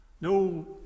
No